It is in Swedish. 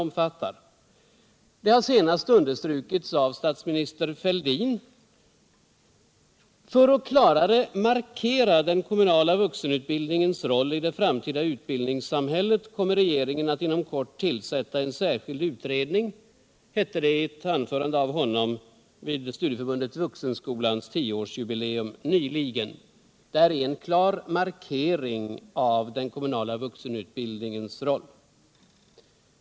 Detta har senast understrukits av statsminister Fälldin: ”För att klarare markera den kommunala vuxenutbildningens roll i det framtida utbildningssamhället kommer regeringen att inom kort tillsätta en särskild utredning”, hette det i ett anförande av honom vid Studieförbundet Vuxenskolans 10-årsjubileum nyligen. Det är en klar markering av den kommunala vuxenutbildningens roll.